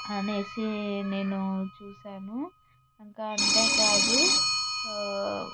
అనేసి నేను చూసాను ఇంకా అంతేకాదు